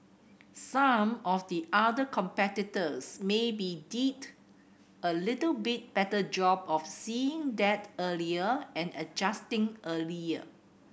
some of the other competitors maybe did a little bit better job of seeing that earlier and adjusting earlier